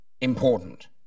important